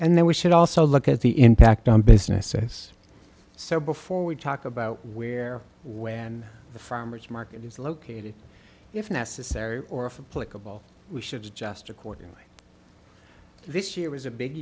and then we should also look at the impact on businesses so before we talk about where when the farmer's market is located if necessary or for political we should just accordingly this year was a big